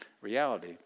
reality